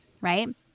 right